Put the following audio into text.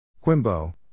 Quimbo